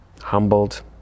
humbled